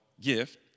gift